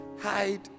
hide